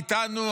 איתנו,